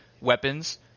weapons